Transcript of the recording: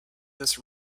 this